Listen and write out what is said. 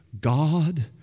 God